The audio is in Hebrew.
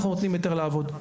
אנחנו נותנים היתר לעבוד.